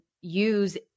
use